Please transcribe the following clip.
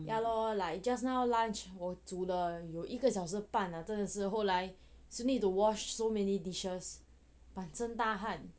ya lor like just now lunch 我煮了有一个小时半啊真的是后来 still need to wash so many dishes 满身大汗